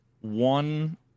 one